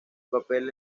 papel